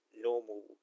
normal